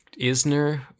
Isner